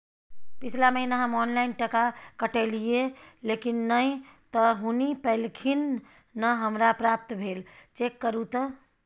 पिछला महीना हम ऑनलाइन टका कटैलिये लेकिन नय त हुनी पैलखिन न हमरा प्राप्त भेल, चेक करू त?